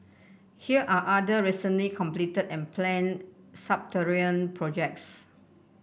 here are other recently completed and planned subterranean projects